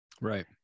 right